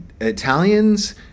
Italians